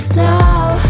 Now